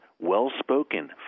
Well-spoken